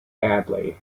badly